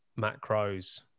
macros